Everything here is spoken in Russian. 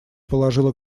положила